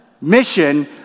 mission